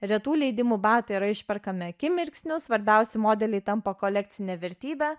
retų leidimų batai yra išperkami akimirksniu svarbiausi modeliai tampa kolekcine vertybe